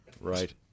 Right